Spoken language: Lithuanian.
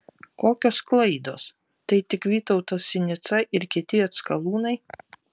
kokios klaidos tai tik vytautas sinica ir kiti atskalūnai